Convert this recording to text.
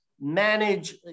manage